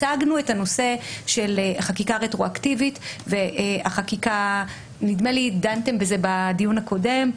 הצגנו את הנושא של חקיקה רטרואקטיבית ונדמה לי שדנתם בזה בדיון הקודם,